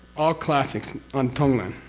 all classics on tonglen.